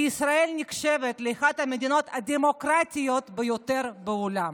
כי ישראל נחשבת לאחת המדינות הדמוקרטיות ביותר בעולם.